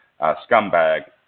scumbag